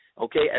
okay